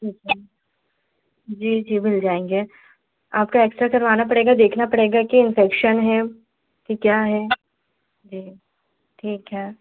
जी जी जी मिल जाएँगे आपका एक्स रा करवाना पड़ेगा देखना पड़ेगा कि इन्फेक्शन है कि क्या है जी ठीक है